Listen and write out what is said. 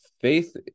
faith